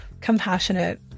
compassionate